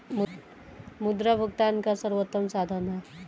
मुद्रा भुगतान का सर्वोत्तम साधन है